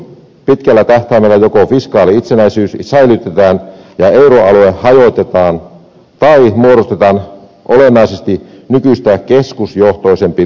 pitkällä tähtäimellä joko fiskaalinen itsenäisyys säilytetään ja euroalue hajotetaan tai muodostetaan olennaisesti nykyistä keskusjohtoisempi liitto liittovaltion tapainen